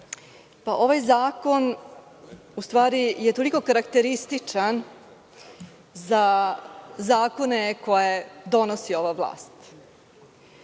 ovaj zakon u stvari je toliko karakterističan za zakone koje donosi ova vlast,